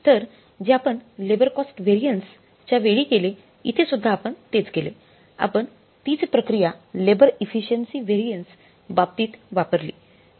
तर जे आपण लेबर कॉस्ट व्हॅरियन्स च्या वेळी केले इथे सुद्धा आपण तेच केले आपण तीच प्रक्रिया लेबर इफिशिएंसि व्हॅरियन्स बाबतीत वापरली